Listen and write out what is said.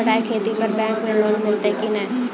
बटाई खेती पर बैंक मे लोन मिलतै कि नैय?